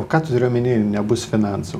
o ką tu turi omeny nebus finansų